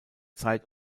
zeit